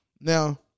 Now